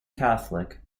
catholic